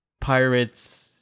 pirates